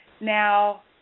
Now